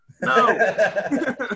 no